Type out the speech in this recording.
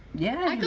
yeah.